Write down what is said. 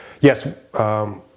yes